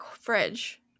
fridge